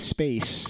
Space